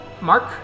Mark